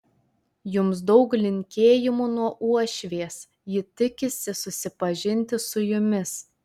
jums daug linkėjimų nuo uošvės ji tikisi susipažinti su jumis